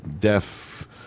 deaf